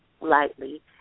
lightly